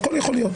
הכול יכול להיות,